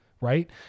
Right